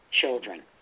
children